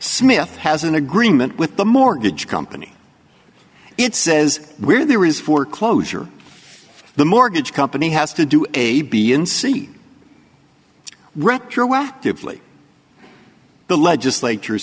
smith has an agreement with the mortgage company it says where there is foreclosure the mortgage company has to do a b and c retroactively the legislature